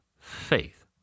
faith